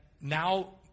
now